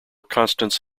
constance